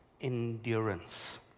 endurance